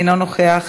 אינו נוכח,